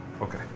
Okay